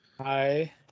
Hi